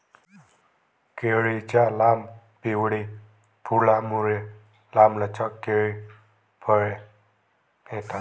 केळीच्या लांब, पिवळी फुलांमुळे, लांबलचक केळी फळे येतात